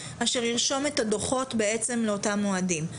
אשר ירשום את הדוחות לאותם אוהדים.